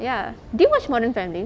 do you watch modern family